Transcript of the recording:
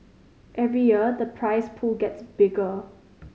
every year the prize pool gets bigger